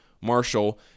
Marshall